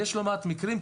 יש לא מעט מקרים,